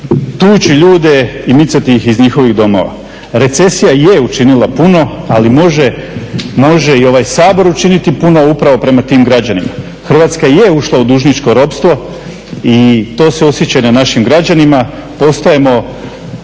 tući ljude i micati ih iz njihovih domova. Recesija je učinila puno, ali može i ovaj Sabor učiniti puno upravo prema tim građanima. Hrvatska je ušla u dužničko ropstvo i to se osjeća i na našim građanima, postajemo